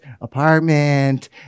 apartment